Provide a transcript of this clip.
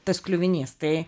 tas kliuvinys tai